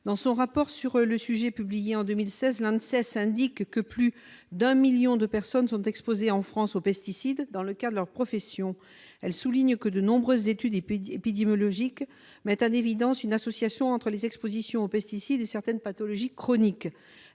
l'environnement et du travail, l'ANSES, indiquait que plus d'un million de personnes sont exposées en France aux pesticides dans le cadre de leur profession. L'Agence soulignait que de nombreuses études épidémiologiques mettaient en évidence une association entre les expositions aux pesticides et certaines pathologies chroniques.